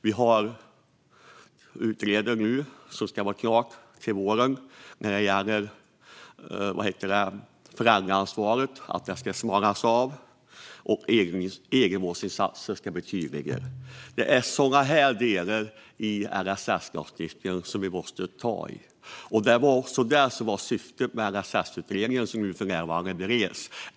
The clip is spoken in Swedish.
Vi har en utredning som ska vara klar till våren när det gäller att föräldraansvaret ska bli smalare och egenvårdsinsatser tydligare. Det är sådana delar i LSS-lagstiftningen som vi måste ta i. Detta var också syftet med LSS-utredningen, som för närvarande bereds.